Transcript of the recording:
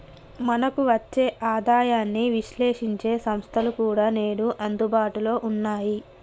మనకు వచ్చే ఆదాయాన్ని విశ్లేశించే సంస్థలు కూడా నేడు అందుబాటులో ఉన్నాయి